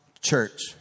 church